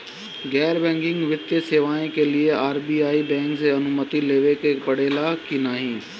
गैर बैंकिंग वित्तीय सेवाएं के लिए आर.बी.आई बैंक से अनुमती लेवे के पड़े ला की नाहीं?